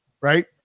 right